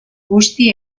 busti